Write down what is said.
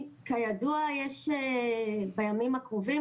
כידוע יש בימים הקרובים,